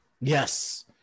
Yes